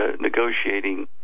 negotiating